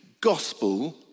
gospel